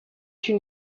une